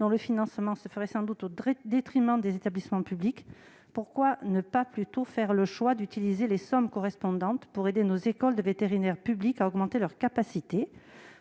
dont le financement se ferait sans doute au détriment des établissements publics ; pourquoi ne pas plutôt faire le choix d'utiliser les sommes correspondantes pour aider nos écoles de vétérinaires publiques à augmenter leur capacité ?